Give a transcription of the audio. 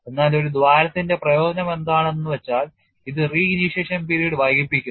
എന്നാൽ ഒരു ദ്വാരത്തിന്റെ പ്രയോജനം എന്താണ് എന്ന് വെച്ചാൽ ഇത് re initiation period വൈകിപ്പിക്കുന്നു